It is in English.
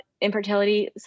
infertility